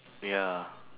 ya